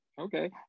Okay